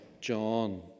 John